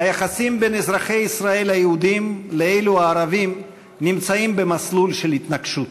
היחסים בין אזרחי ישראל היהודים לאלו הערבים נמצאים במסלול של התנגשות.